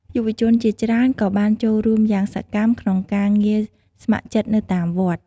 យុវជនជាច្រើនក៏បានចូលរួមយ៉ាងសកម្មក្នុងការងារស្ម័គ្រចិត្តនៅតាមវត្ត។